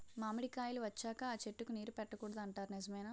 మామిడికాయలు వచ్చాక అ చెట్టుకి నీరు పెట్టకూడదు అంటారు నిజమేనా?